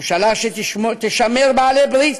ממשלה שתשמר בעלי ברית